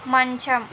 మంచం